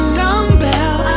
dumbbell